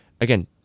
Again